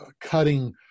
cutting